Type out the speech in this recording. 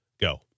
go